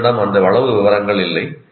எங்களிடம் அந்த அளவு விவரங்கள் இல்லை